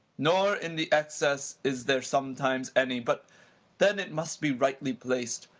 nor in the excess is there sometimes any but then it must be rightly placed,